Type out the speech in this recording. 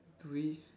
do we